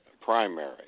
primary